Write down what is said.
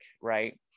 right